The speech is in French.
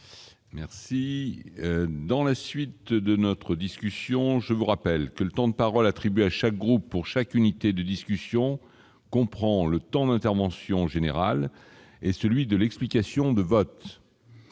Merci dans la suite de notre discussion, je vous rappelle que le temps de parole attribués à chaque groupe pour chaque unité de discussion qu'on prend le temps d'intervention en général et celui de l'explication de vote